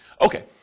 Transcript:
Okay